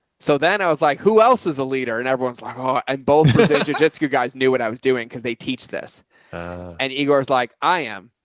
so then i was like, who else is a leader? and everyone's like, oh, both presenter. jessica guys knew what i was doing. cause they teach this and igor's like, i am.